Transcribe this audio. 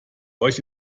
euch